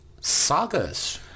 Sagas—